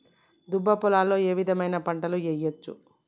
దుబ్బ పొలాల్లో ఏ విధమైన పంటలు వేయచ్చా?